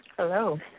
Hello